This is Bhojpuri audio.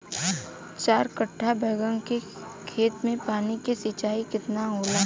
चार कट्ठा बैंगन के खेत में पानी के सिंचाई केतना होला?